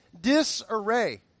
disarray